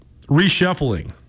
reshuffling